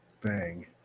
bang